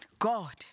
God